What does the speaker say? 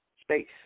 space